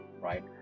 right